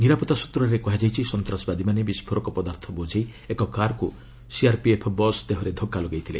ନିରାପତ୍ତା ସୂତ୍ରରେ କୁହାଯାଇଛି ସନ୍ତାସବାଦୀମାନେ ବିସ୍ଫୋରକ ପଦାର୍ଥ ବୋଝେଇ ଏକ କାର୍କୁ ସିଆର୍ପିଏଫ୍ ବସ୍ ଦେହରେ ଧକ୍କା ଲଗାଇଥିଲେ